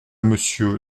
monsieur